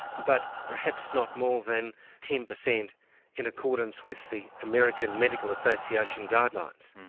but perhaps not more than ten percent in accordance with the american medical association guidelines.